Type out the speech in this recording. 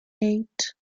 eight